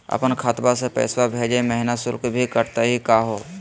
अपन खतवा से पैसवा भेजै महिना शुल्क भी कटतही का हो?